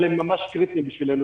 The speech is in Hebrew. אבל הם ממש קריטיים בשבילנו.